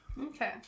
Okay